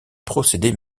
procédés